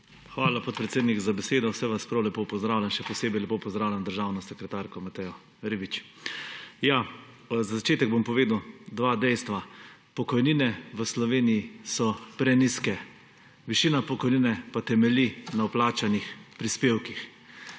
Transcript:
Hvala, podpredsednik, za besedo. Vse vas prav lepo pozdravljam, še posebej lepo pozdravljam državno sekretarko Matejo Ribič. Za začetek bom povedal dve dejstvi. Pokojnine v Sloveniji so prenizke, višina pokojnine pa temelji na vplačanih prispevkih.